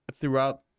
throughout